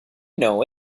know